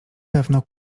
pewno